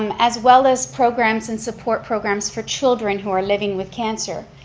um as well as programs and support programs for children who are living with cancer.